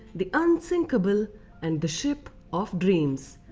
the unsinkable and the ship of dreams.